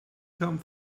come